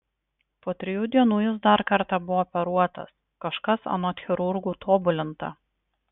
po trijų dienų jis dar kartą buvo operuotas kažkas anot chirurgų tobulinta